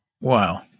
Wow